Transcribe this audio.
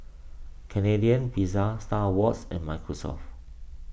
Canadian Pizza Star Awards and Microsoft